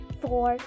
four